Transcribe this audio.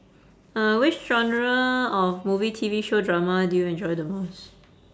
uh which genre of movie T_V show drama do you enjoy the most